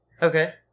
Okay